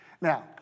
Now